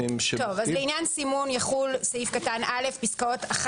לעניין סימון יחול סעיף קטן (א) פסקאות 1,